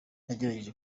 yagerageje